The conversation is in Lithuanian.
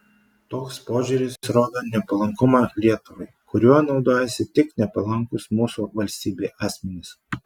toks požiūris rodo nepalankumą lietuvai kuriuo naudojasi tik nepalankūs mūsų valstybei asmenys